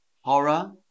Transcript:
Horror